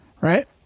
Right